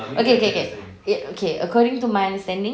okay okay okay ye~ okay according to my understanding